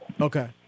Okay